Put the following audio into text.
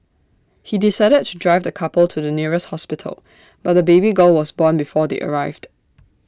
he decided to drive the couple to the nearest hospital but the baby girl was born before they arrived